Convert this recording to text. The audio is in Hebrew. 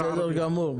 בסדר גמור.